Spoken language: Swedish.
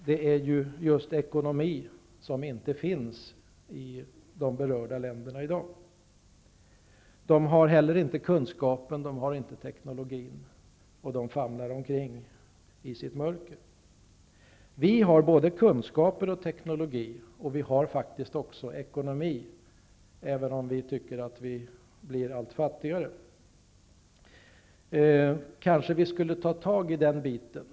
Det är just en god ekonomi som i dag inte finns i de berörda länderna. De har inte heller kunskapen och teknologin. De famlar omkring i sitt mörker. Vi har både kunskapen och teknologin, och vi har faktiskt även en god ekonomi, även om vi tycker att vi blir allt fattigare. Vi kanske skulle ta tag i dessa problem.